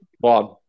one